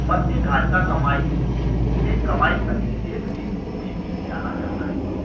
प्रतिधारित कमाई उन्हें कमाई अधिशेष के रूप में भी जाना जाता है